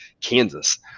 Kansas